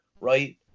right